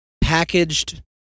packaged